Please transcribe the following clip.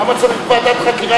למה צריך ועדת חקירה פרלמנטרית?